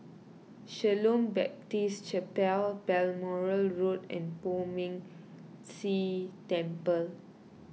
Shalom Baptist Chapel Balmoral Road and Poh Ming se Temple